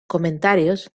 comentarios